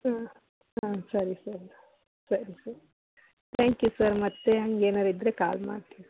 ಹಾಂ ಹಾಂ ಸರಿ ಸರ್ ಸರಿ ಸರ್ ಥ್ಯಾಂಕ್ ಯು ಸರ್ ಮತ್ತೆ ಹಾಗೇನಾರು ಇದ್ದರೆ ಕಾಲ್ ಮಾಡ್ತೀನಿ